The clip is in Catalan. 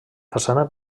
façana